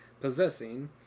possessing